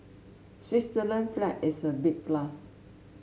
Switzerland flag is a big plus